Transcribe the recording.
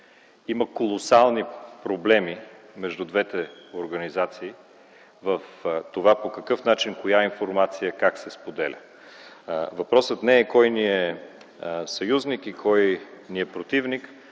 има колосални проблеми в това по какъв начин коя информация как се споделя. Въпросът не е кой ни е съюзник и кой ни е противник,